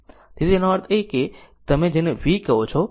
તેથી તેનો અર્થ એ છે કે તમે જેને v કહો છો